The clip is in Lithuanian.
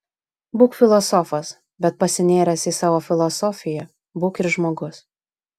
būk filosofas bet pasinėręs į savo filosofiją būk ir žmogus